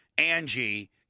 Angie